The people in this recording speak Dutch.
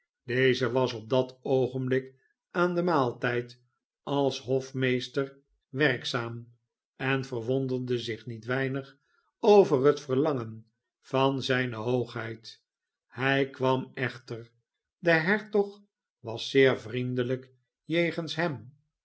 deze was op dat oogenblik aan den maaltijd als hofmeester werkzaam en verwonderde zich niet weinig over het verlangen van zh'ne hoogheid hij kwam echter de hertog was zeer vriendelijk jegens hem